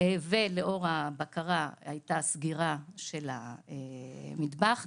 ולאור הבקרה הייתה סגירה של המטבח,